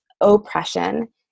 oppression